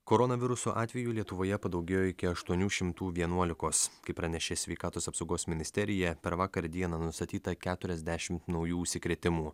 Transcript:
koronaviruso atvejų lietuvoje padaugėjo iki aštuonių šimtų vienuolikos kaip pranešė sveikatos apsaugos ministerija per vakar dieną nustatyta keturiasdešimt naujų užsikrėtimų